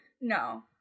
No